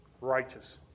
righteous